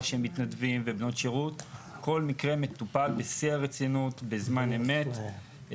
ובנות שירות כל מקרה מטופל בשיא הרצינות ובזמן אמת.